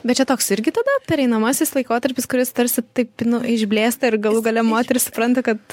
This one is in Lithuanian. bet čia toks irgi tada pereinamasis laikotarpis kuris tarsi taip nu išblėsta ir galų gale moteris supranta kad